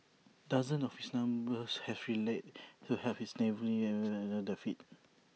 dozens of his neighbours have rallied to help his family get back on their feet